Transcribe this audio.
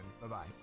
Bye-bye